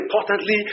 importantly